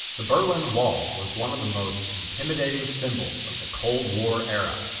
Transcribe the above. the berlin wall was one of the most intimidating symbols of the cold war era.